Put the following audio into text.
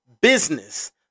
Business